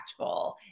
impactful